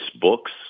books